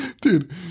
Dude